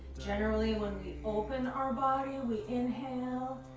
generally, when we open our body, we inhale,